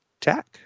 tech